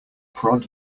prod